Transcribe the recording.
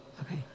okay